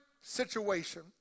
situation